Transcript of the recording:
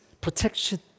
protection